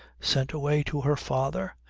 sent away to her father?